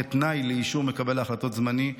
כתנאי לאישור מקבל החלטות זמני,